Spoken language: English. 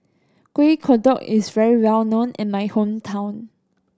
Kuih Kodok is very well known in my hometown